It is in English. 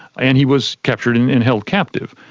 and he was captured and and held captive,